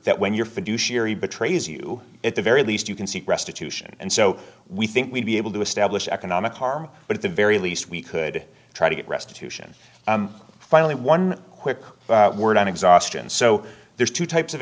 that when your fiduciary betrays you at the very least you can seek restitution and so we think we'd be able to establish economic harm but at the very least we could try to get restitution finally one quick word on exhaustion so there's two types of